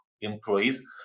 employees